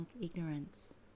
ignorance